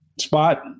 spot